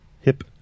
hip